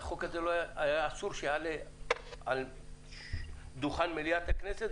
החוק הזה היה אסור שיעלה על דוכן מליאת הכנסת,